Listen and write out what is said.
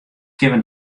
kinne